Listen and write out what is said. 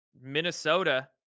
Minnesota